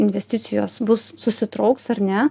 investicijos bus susitrauks ar ne